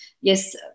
yes